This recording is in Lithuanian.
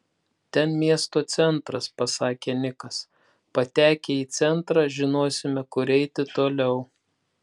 ten miesto centras pasakė nikas patekę į centrą žinosime kur eiti toliau